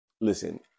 listen